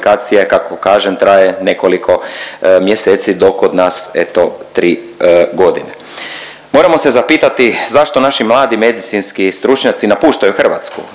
kako kažem traje nekoliko mjeseci dok kod nas eto tri godine. Moramo se zapitati zašto naši mladi medicinski stručnjaci napuštaju Hrvatsku,